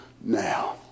now